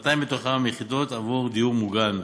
כ-200 מתוכן הן יחידות עבור דיור מוגן.